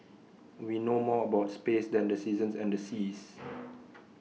we know more about space than the seasons and the seas